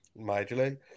Majorly